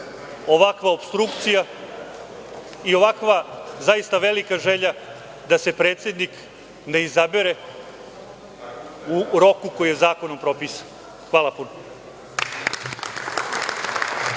ovakva opstrukcija i ovakva zaista velika želja da se predsednik ne izabere u roku koji je zakonom propisan. Hvala puno.